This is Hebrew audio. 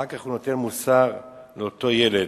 אחר כך הוא נותן מוסר לאותו ילד: